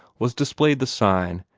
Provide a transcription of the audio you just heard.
was displayed the sign,